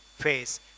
face